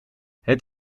het